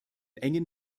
engen